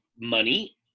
money